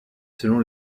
selon